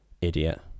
Idiot